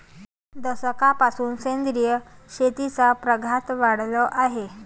दशकापासून सेंद्रिय शेतीचा प्रघात वाढला आहे